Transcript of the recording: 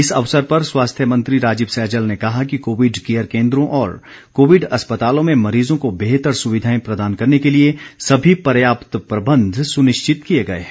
इस अवसर पर स्वास्थ्य मंत्री राजीव सहजल ने कहा कि कोविड केयर केन्द्रों और कोविड अस्पतालों में मरीजों को बेहतर सुविधाएं प्रदान करने के लिए सभी पर्याप्त प्रबंध सुनिश्चित किए गए हैं